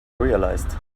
realized